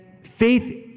faith